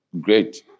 Great